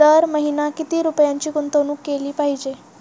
दर महिना किती रुपयांची गुंतवणूक केली पाहिजे?